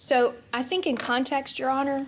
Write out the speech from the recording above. so i think in context your honor